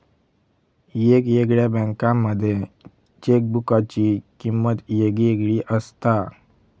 येगयेगळ्या बँकांमध्ये चेकबुकाची किमंत येगयेगळी असता